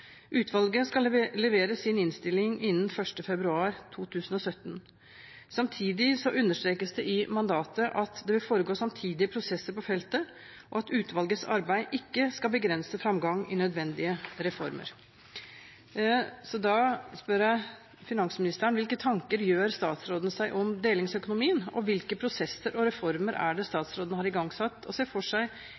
Utvalget skal levere sin innstilling innen 1. februar 2017. Samtidig understrekes det i mandatet at det vil foregå samtidige prosesser på feltet, og at utvalgets arbeid ikke skal begrense framgang i nødvendige reformer. Så da spør jeg finansministeren: Hvilke tanker gjør statsråden seg om delingsøkonomien, og hvilke prosesser og reformer er det statsråden har igangsatt og ser for seg